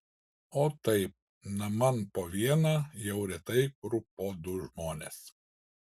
o taip naman po vieną jau retai kur po du žmones